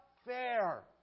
fair